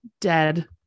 dead